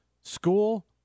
school